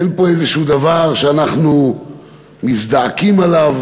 אין פה איזה דבר שאנחנו מזדעקים עליו